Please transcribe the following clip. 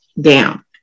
down